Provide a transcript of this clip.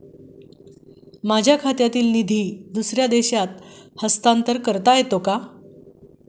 माझ्या खात्यातील निधी दुसऱ्या देशात हस्तांतर करता येते का?